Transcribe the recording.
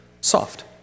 soft